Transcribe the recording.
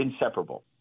inseparable